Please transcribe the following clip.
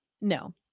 No